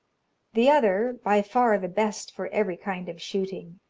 the other, by far the best for every kind of shooting,